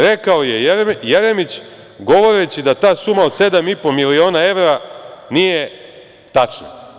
Rekao je Jeremić govoreći da ta suma od 7,5 miliona evra nije tačna.